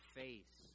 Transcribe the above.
face